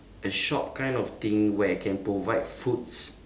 a shop kind of thing where I can provide foods